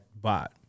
bot